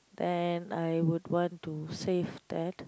then I would want to save that